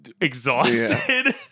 exhausted